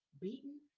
beaten